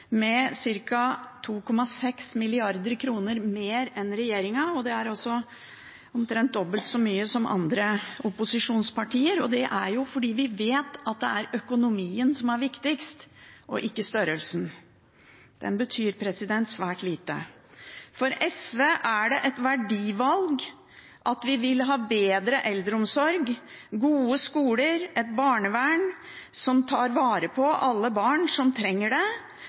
med ca. 2,6 mrd. kr mer enn regjeringen, og det er omtrent dobbelt så mye som andre opposisjonspartier. Det er fordi vi vet at det er økonomien som er viktigst, ikke størrelsen. Den betyr svært lite. For SV er det et verdivalg at vi vil ha bedre eldreomsorg, gode skoler, et barnevern som tar vare på alle barn som trenger det,